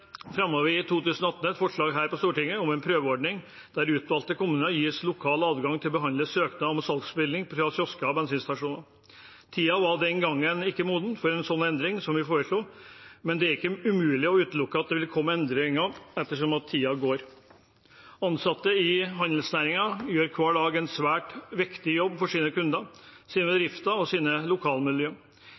vi i 2018 et forslag her på Stortinget om en prøveordning der utvalgte kommuner gis lokal adgang til å behandle søknad om salgsbevilling fra kiosker og bensinstasjoner. Tiden var den gang ikke moden for en slik endring som vi foreslo, men det er ikke umulig at det vil komme endringer etter som tiden går. Ansatte i handelsnæringen gjør hver dag en svært viktig jobb for sine kunder, sine bedrifter og sine